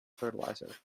fertilizer